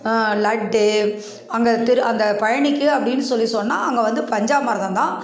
லட்டு அங்கே திரு அந்த பழனிக்கு அப்படின்னு சொல்லி சொன்னால் அங்கே வந்து பஞ்சாமிரதந்தான்